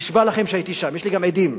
נשבע לכם שהייתי שם, יש לי גם עדים.